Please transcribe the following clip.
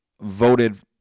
voted